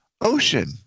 ocean